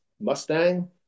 Mustang